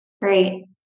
Great